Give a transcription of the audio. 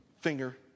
finger